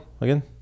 again